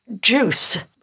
juice